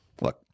look